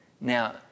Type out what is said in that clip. Now